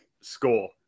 score